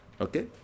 Okay